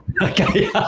okay